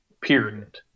period